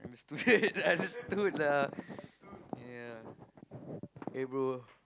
understooded understood lah ya eh bro